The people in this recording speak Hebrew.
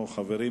אם כך,